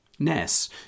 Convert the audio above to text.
Ness